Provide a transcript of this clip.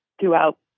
throughout